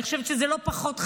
אני חושבת שזה לא פחות חשוב.